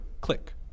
click